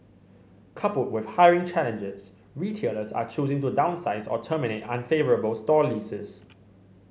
coupled with hiring challenges retailers are choosing to downsize or terminate unfavourable store leases